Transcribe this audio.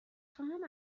خواهم